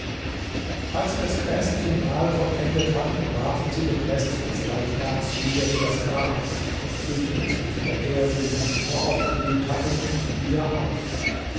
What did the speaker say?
als sie das gräßliche mahl vollendet hatten warfen sie den rest des leichnams wieder in das grab und füllten es mit der erde die sie zuvor aufgewühlt hatten wieder auf